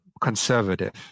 conservative